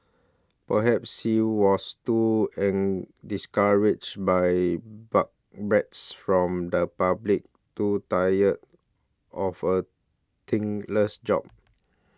perhaps he was too in discouraged by but bricks from the public too tired of a thankless job